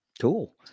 Cool